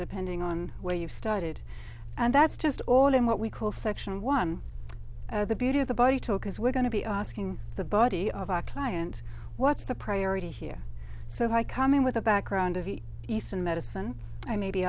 depending on where you've started and that's just all in what we call section one the beauty of the body talk is we're going to be asking the body of our client what's the priority here so if i come in with a background of eastern medicine i may be